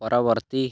ପରବର୍ତ୍ତୀ